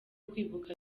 kwibuka